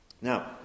Now